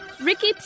Ricky